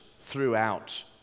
throughout